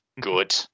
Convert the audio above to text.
good